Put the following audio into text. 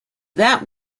that